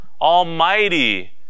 almighty